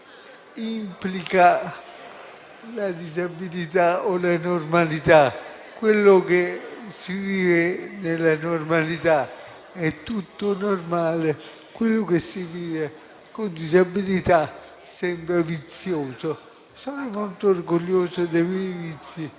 implica una disabilità o la normalità, per cui quello che si vive nella normalità è tutto normale, mentre quello che si vive con disabilità sembra vizioso. Sono molto orgoglioso dei miei vizi,